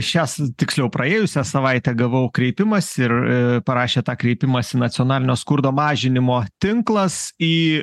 šias tiksliau praėjusią savaitę gavau kreipimąsi ir parašė tą kreipimąsi nacionalinio skurdo mažinimo tinklas į